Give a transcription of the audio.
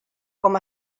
com